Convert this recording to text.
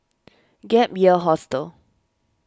Gap Year Hostel